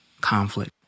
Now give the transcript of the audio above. conflict